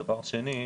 דבר שני,